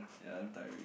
ya damn tiring